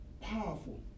powerful